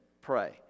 pray